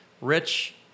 Rich